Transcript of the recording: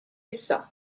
issa